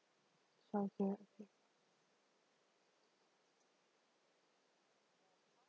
childcare